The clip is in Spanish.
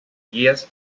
guías